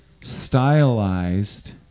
stylized